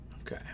Okay